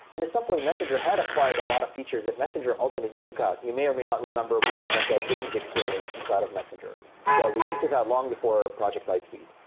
and at some point messenger had acquired a lot of features that messenger ultimately took out. you may or may not remember, we had like a games experience inside of messenger that we took out long before project lightspeed.